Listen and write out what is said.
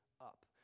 up